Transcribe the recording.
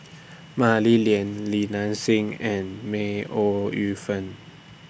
Mah Li Lian Li Nanxing and May Ooi Yu Fen